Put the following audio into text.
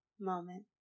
moment